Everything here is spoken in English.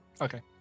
Okay